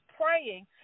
praying